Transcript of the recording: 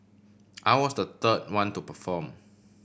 I was the third one to perform